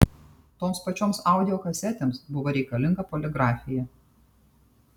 toms pačioms audio kasetėms buvo reikalinga poligrafija